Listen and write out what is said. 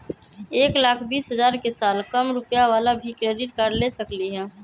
एक लाख बीस हजार के साल कम रुपयावाला भी क्रेडिट कार्ड ले सकली ह?